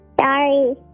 Sorry